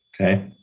Okay